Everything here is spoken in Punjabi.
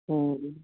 ਹਾਂਜੀ